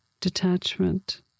detachment